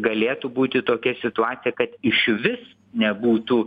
galėtų būti tokia situacija kad išvis nebūtų